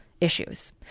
issues